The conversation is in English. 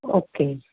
okay